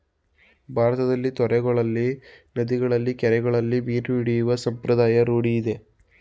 ಭಾರತದಲ್ಲಿ ತೊರೆಗಳಲ್ಲಿ, ನದಿಗಳಲ್ಲಿ, ಕೆರೆಗಳಲ್ಲಿ ಮೀನು ಹಿಡಿಯುವ ಸಂಪ್ರದಾಯ ರೂಢಿಯಿದೆ